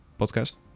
podcast